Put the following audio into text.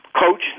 coach